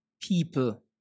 people